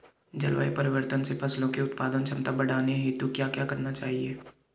जलवायु परिवर्तन से फसलों की उत्पादन क्षमता बढ़ाने हेतु क्या क्या करना चाहिए?